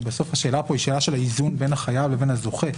כי בסוף השאלה פה היא שאלה של האיזון בין החייב לבין הזוכה.